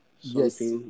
Yes